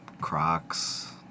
Crocs